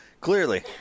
clearly